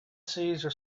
cesar